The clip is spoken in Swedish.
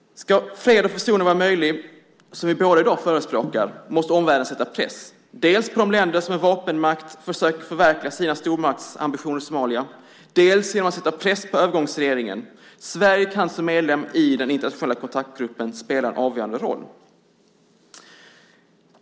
Ska fred och försoning vara möjligt, som vi båda i dag förespråkar, måste omvärlden dels sätta press på de länder som med vapenmakt försöker förverkliga sina stormaktsambitioner i Somalia, dels sätta press på övergångsregeringen. Sverige kan som medlem i den internationella kontaktgruppen spela en avgörande roll.